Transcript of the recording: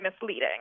misleading